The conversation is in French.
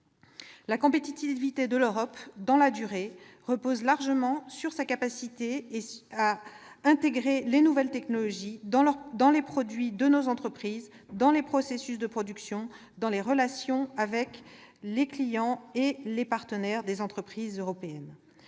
La compétitivité de l'Europe dans la durée repose largement sur sa capacité à intégrer les nouvelles technologies dans les produits de ses entreprises, dans les processus de production, dans leurs relations avec les clients et les partenaires. Dans la concurrence